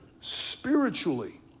spiritually